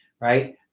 right